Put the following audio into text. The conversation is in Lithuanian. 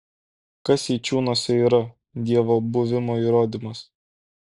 kas eičiūnuose yra dievo buvimo įrodymas